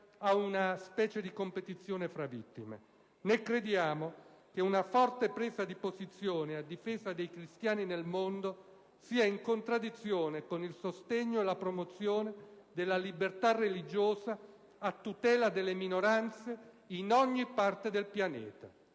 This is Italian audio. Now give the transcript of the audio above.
a una specie di competizione fra vittime. Né crediamo che una forte presa di posizione a difesa dei cristiani nel mondo sia in contraddizione con il sostegno e la promozione della libertà religiosa a tutela delle minoranze in ogni parte del pianeta;